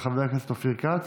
של חבר הכנסת אופיר כץ.